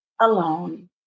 alone